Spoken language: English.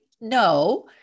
No